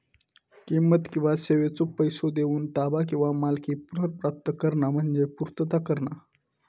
किंमत किंवा सेवेचो पैसो देऊन ताबा किंवा मालकी पुनर्प्राप्त करणा म्हणजे पूर्तता करणा